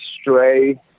stray